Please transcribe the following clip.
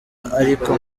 ariko